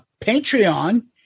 Patreon